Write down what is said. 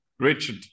Richard